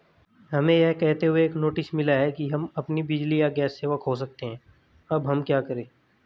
हमें यह कहते हुए एक नोटिस मिला कि हम अपनी बिजली या गैस सेवा खो सकते हैं अब हम क्या करें?